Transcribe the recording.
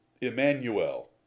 Emmanuel